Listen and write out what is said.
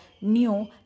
new